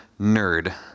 nerd